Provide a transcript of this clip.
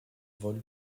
vol